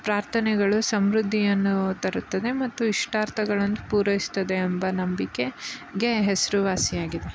ಪ್ರಾರ್ಥನೆಗಳು ಸಮೃದ್ಧಿಯನ್ನು ತರುತ್ತದೆ ಮತ್ತು ಇಷ್ಟಾರ್ಥಗಳನ್ನು ಪೂರೈಸ್ತದೆ ಎಂಬ ನಂಬಿಕೆ ಗೆ ಹೆಸರುವಾಸಿಯಾಗಿದೆ